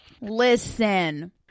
Listen